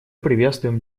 приветствуем